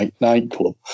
nightclub